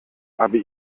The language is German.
aber